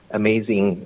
amazing